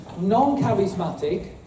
Non-charismatic